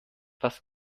was